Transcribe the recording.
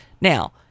Now